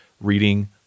reading